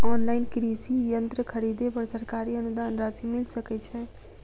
Online कृषि यंत्र खरीदे पर सरकारी अनुदान राशि मिल सकै छैय?